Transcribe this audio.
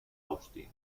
austin